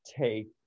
take